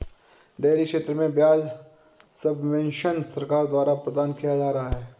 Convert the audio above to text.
dairy क्षेत्र में ब्याज सब्वेंशन सरकार द्वारा प्रदान किया जा रहा है